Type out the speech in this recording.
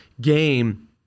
game